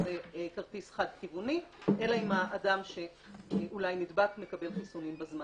זה כרטיס חד-כיווני אלא אם האדם שאולי נדבק מקבל חיסונים בזמן.